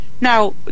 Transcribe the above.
now